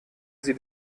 sie